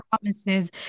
promises